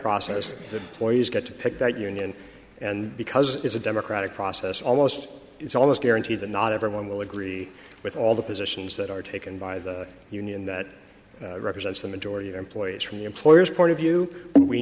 process the lawyers get to pick that union and because it's a democratic process almost it's almost guarantee that not everyone will agree with all the positions that are taken by the union that represents the majority of employees from the employer's point of view we